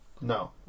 No